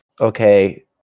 Okay